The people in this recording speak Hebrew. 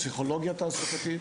פסיכולוגיה תעסוקתית.